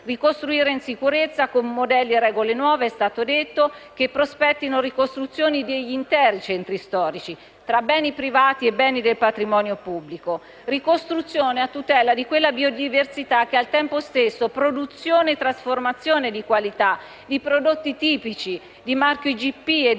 Ricostruire in sicurezza, con modelli e regole nuove, come è stato detto, che prospettino ricostruzioni di interi centri storici, tra beni privati e beni del patrimonio pubblico; una ricostruzione a tutela di quella biodiversità, che è al tempo stesso produzione e trasformazione di qualità di prodotti tipici di marchio IGP e DOC